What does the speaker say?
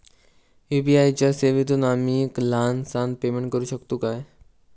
UPI च्या सेवेतून आम्ही लहान सहान पेमेंट करू शकतू काय?